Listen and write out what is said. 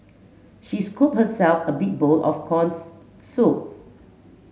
she scooped herself a big bowl of corns soup